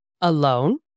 alone